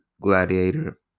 Gladiator